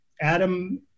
Adam